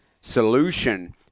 solution